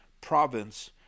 province